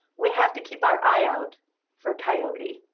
we have to keep our eye out for coyote.